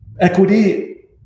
equity